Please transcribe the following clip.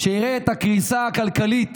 שיראה את הקריסה הכלכלית